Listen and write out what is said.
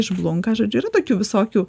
išblunka žodžiu yra tokių visokių